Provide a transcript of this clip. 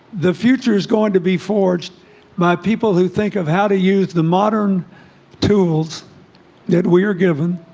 the future is going to be forged my people who think of how to use the modern tools that we are given